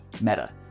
Meta